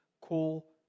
call